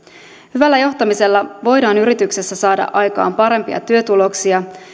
hyvällä johtamisella voidaan yrityksessä saada aikaan parempia työtuloksia